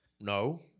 No